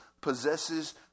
possesses